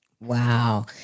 Wow